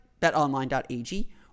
betonline.ag